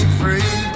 free